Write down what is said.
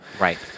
right